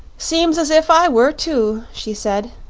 seems as if i were, too, she said,